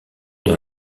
dans